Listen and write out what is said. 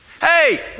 Hey